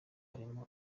harimo